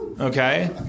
Okay